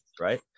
right